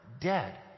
dead